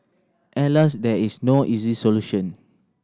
Alas there is no easy solution